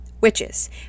Witches